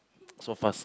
so fast